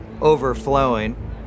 overflowing